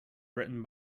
written